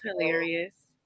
hilarious